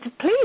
please